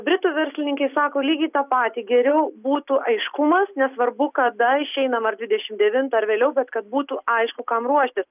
britų verslininkai sako lygiai tą patį geriau būtų aiškumas nesvarbu kada išeinam ar dvidešim devintą ar vėliau bet kad būtų aišku kam ruoštis